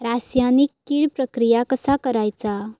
रासायनिक कीड प्रक्रिया कसा करायचा?